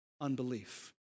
unbelief